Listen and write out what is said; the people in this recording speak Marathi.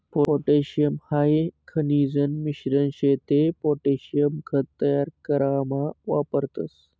पोटॅशियम हाई खनिजन मिश्रण शे ते पोटॅशियम खत तयार करामा वापरतस